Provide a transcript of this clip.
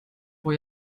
vor